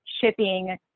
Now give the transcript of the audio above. shipping